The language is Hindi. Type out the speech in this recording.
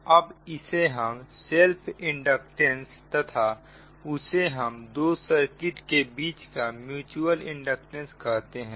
अब इसे हम सेल्फ इंडक्टेंस तथा उसे हम दो सर्किट के बीच का म्युचुअल इंडक्टेंस कहते हैं